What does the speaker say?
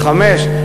חמש שנים.